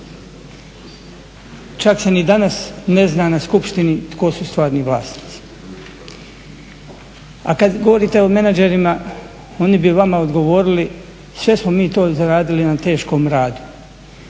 Čak se ni danas ne zna na skupštini tko u stvarni vlasnici. A kad govorite o menadžerima, oni bi vama odgovorili sve smo mi to zaradili na teškom radu,